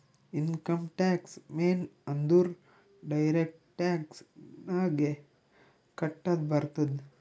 income tax ಮೇನ್ ಅಂದುರ್ direct tax ನಾಗೆ ಕಟ್ಟದ್ ಬರ್ತುದ್